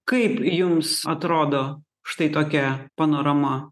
kaip jums atrodo štai tokia panorama